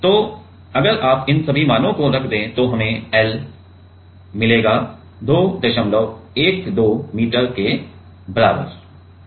तो अगर आप इन सभी मानों को रख दें तो हमें L बराबर 212 मिली मीटर मिलेगा